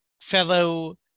fellow